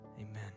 amen